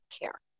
care